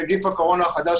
נגיף הקורונה החדש,